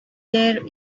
there